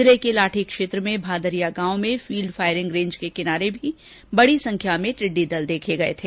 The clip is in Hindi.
जिले के लाठी क्षेत्र में भादरिया गांव में फील्ड फायरिंग रेंज के किनारे भी बड़ी संख्या में टिड्डी दल देखे गये थे